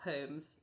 homes